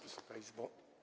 Wysoka Izbo!